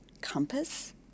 compass